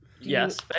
Yes